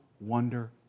wonder